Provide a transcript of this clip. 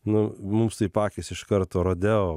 nu mums taip akys iš karto rodeo